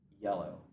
yellow